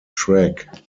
track